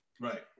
Right